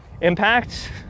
Impact